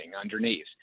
underneath